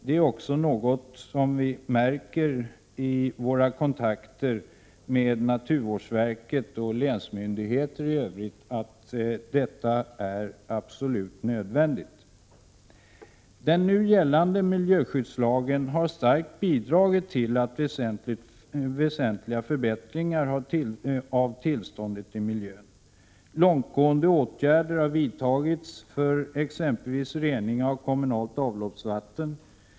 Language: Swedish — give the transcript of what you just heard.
Det är också något vi märker i våra kontakter med naturvårdsverket och länsmyndigheter att detta är absolut nödvändigt. Den nu gällande miljöskyddslagen har starkt bidragit till väsentliga förbättringar av tillståndet i miljön. Långtgående åtgärder har vidtagits för exempelvis rening av kommunalt avloppsvatten.